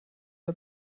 der